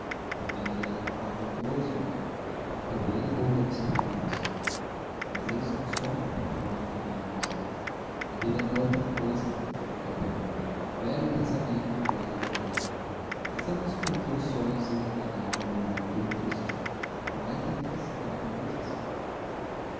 helena o fará venturoso não perguntou ele voltando-se para a moça mas é isto um sonho perguntou enfim mendonça a vida não é outra coisa retorquiu o capelão velho pensamento e velha verdade façamos por que o sonho seja agradável e não árido ou triste prometem me que se farão felizes